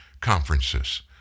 conferences